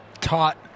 taught